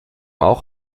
auch